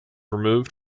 removed